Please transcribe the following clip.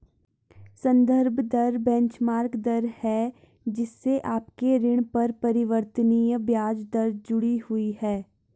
संदर्भ दर बेंचमार्क दर है जिससे आपके ऋण पर परिवर्तनीय ब्याज दर जुड़ी हुई है